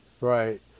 Right